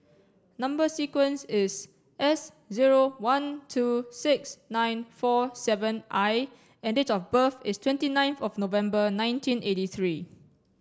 number sequence is S zero one two six nine four seven I and date of birth is twenty ninth of November nineteen eighty three